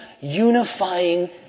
unifying